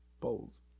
bowls